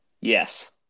Yes